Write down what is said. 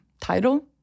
title